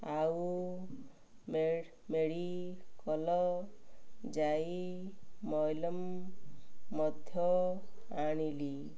ଆଉ ମେଡ଼ିକାଲ୍ ଯାଇ ମଲମ ମଧ୍ୟ ଆଣିଲି